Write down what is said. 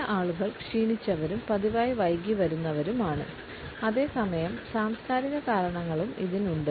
ചില ആളുകൾ ക്ഷീണിച്ചവരും പതിവായി വൈകി വരുന്നവരുമാണ് അതേസമയം സാംസ്കാരിക കാരണങ്ങളും ഇതിനുണ്ട്